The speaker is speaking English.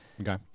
Okay